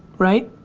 right?